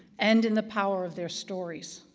and in the power of their stories.